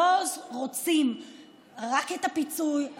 לא רוצים רק את הפיצוי,